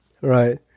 Right